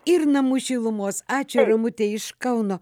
ir namų šilumos ačiū ramute iš kauno